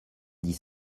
dix